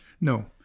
No